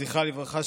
זכרה לברכה,